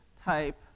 type